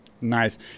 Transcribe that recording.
Nice